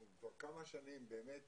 אנחנו כבר שנים באמת